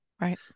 Right